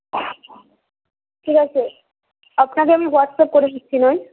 ঠিক আছে আপনাকে আমি হোয়াটসঅ্যাপ করে দিচ্ছি ম্যাম